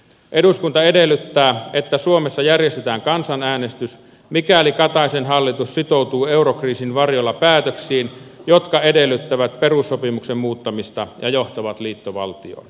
eduskunta edellyttää että suomessa järjestetään kansanäänestys mikäli kataisen hallitus sitoutuu eurokriisin varjolla päätöksiin jotka edellyttävät perussopimuksen muuttamista ja johtavat liittovaltioon